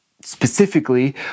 Specifically